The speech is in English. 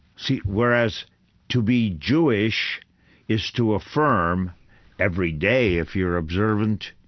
see, whereas to be jewish is to affirm every day, if you're observant,